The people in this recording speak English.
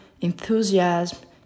enthusiasm